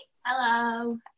Hello